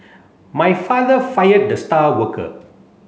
my father fired the star worker